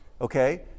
okay